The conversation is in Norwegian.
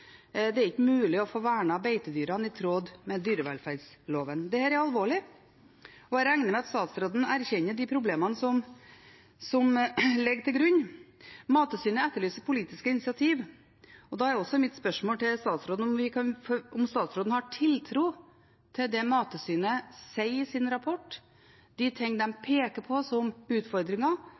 Det er ikke mulig å få vernet beitedyrene i tråd med dyrevelferdsloven. Dette er alvorlig, og jeg regner med at statsråden erkjenner de problemene som ligger til grunn. Mattilsynet etterlyser politiske initiativ. Mitt spørsmål til statsråden er om han har tiltro til det Mattilsynet sier i sin rapport, de tingene de peker på som utfordringer,